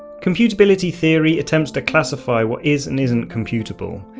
computability theory attempts to classify what is and isn't computable.